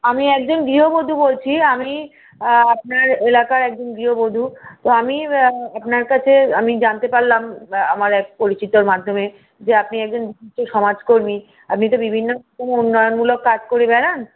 আমি একজন গৃহবধূ বলছি আমি আপনার এলাকার একজন গৃহবধূ তো আমি আপনার কাছে আমি জানতে পারলাম আমার এক পরিচিতর মাধ্যমে যে আপনি একজন হচ্ছে সমাজকর্মী আপনি তো বিভিন্ন রকম উন্নয়নমূলক কাজ করে বেড়ান